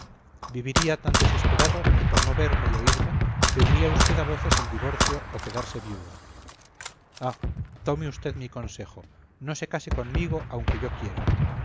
viviría tan desesperado que por no verme y oírme pediría usted a voces el divorcio o quedarse viuda ah tome usted mi consejo no se case conmigo aunque yo quiera